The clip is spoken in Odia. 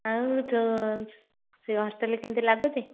ଆଉ ଯେଉଁ ସେ ହଷ୍ଟେଲରେ କେମିତି ଲାଗୁଛି